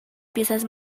piezas